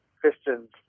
Christians